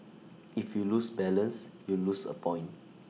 if you lose balance you lose A point